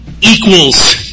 equals